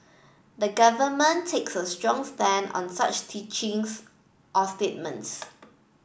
the government takes a strong stand on such teachings or statements